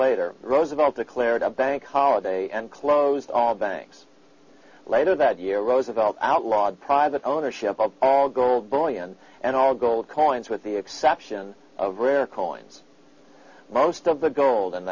later roosevelt declared a bank holiday and closed all banks later that year roosevelt outlawed private ownership of all gold bullion and all gold coins with the exception of rare coins most of the gold